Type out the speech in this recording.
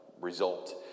result